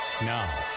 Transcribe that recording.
Now